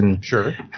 Sure